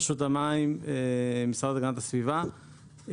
רשות המים והמשרד להגנת הסביבה,